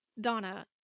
Donna